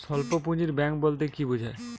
স্বল্প পুঁজির ব্যাঙ্ক বলতে কি বোঝায়?